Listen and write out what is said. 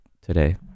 today